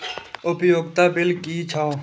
उपयोगिता बिल कि छै?